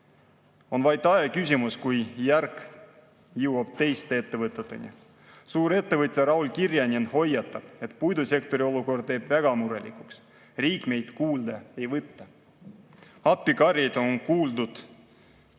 On vaid aja küsimus, millal järg jõuab teiste ettevõteteni. Suurettevõtja Raul Kirjanen hoiatab, et puidusektori olukord teeb väga murelikuks: riik neid kuulda ei võta. Appikarjeid on kuuldud muu